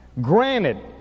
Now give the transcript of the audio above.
Granted